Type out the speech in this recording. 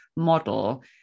model